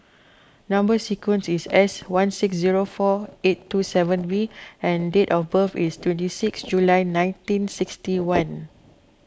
Number Sequence is S one six zero four eight two seven V and date of birth is twenty six July nineteen sixty one